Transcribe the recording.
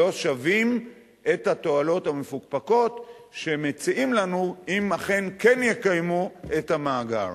לא שווים את התועלות המפוקפקות שמציעים לנו אם אכן כן יקיימו את המאגר.